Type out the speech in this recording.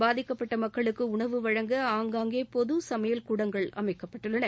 பாதிக்கப்பட்ட மக்களுக்கு உணவு வழங்க ஆங்காங்கே பொது சமையல் கூடங்கள் அமைக்கப்பட்டுள்ளன